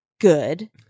good